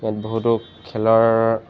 ইয়াত বহুতো খেলৰ